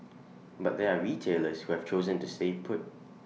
but there are retailers who have chosen to stay put